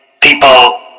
people